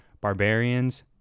barbarians